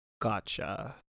Gotcha